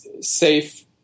safe